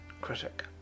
critic